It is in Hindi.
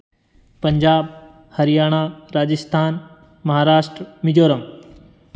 पंजाब हरियाणा राजस्थान महाराष्ट्र मिजोरम